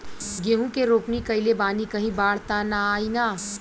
गेहूं के रोपनी कईले बानी कहीं बाढ़ त ना आई ना?